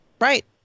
Right